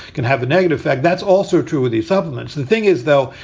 can have a negative effect. that's also true with these supplements. the thing is, though,